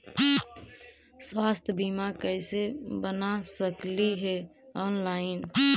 स्वास्थ्य बीमा कैसे बना सकली हे ऑनलाइन?